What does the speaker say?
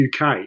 UK